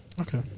Okay